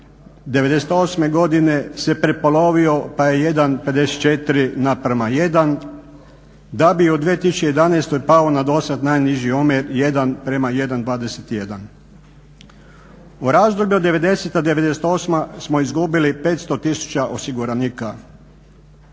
1, 98. godine se prepolovio pa je jedan 54 naprema 1, da bi u 2011. godini pao na dosad najniži omjer 1 prema 1,21. U razdoblju od 90.-98. smo izgubili 500 tisuća osiguranika,